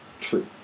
True